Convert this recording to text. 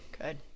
Good